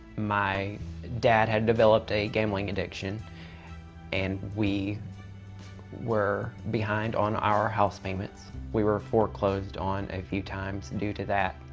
my dad had developed a gambling addiction and we were behind on our house payments. we were foreclosed on a few times due to that.